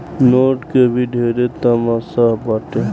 note के भी ढेरे तमासा बाटे